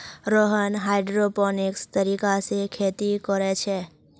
Rohan hydroponics तरीका से खेती कोरे छे